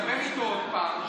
דבר איתו עוד פעם,